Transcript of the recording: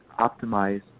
optimize